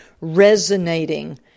resonating